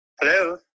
Hello